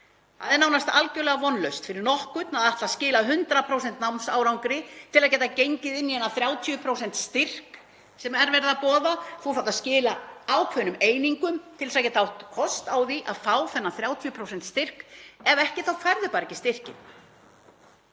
Það er nánast algerlega vonlaust fyrir nokkurn að ætla að skila 100% námsárangri til að geta gengið inn í þennan 30% styrk sem er verið að boða. Þú þarft að skila ákveðnum einingum til að geta átt kost á því að fá þennan 30% styrk. Ef ekki þá færðu bara ekki styrkinn.